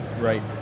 Right